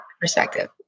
Perspective